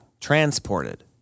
transported